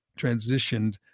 transitioned